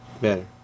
better